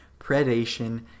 predation